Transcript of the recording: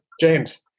James